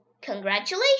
Congratulations